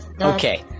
Okay